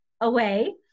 away